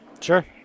Sure